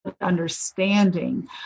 understanding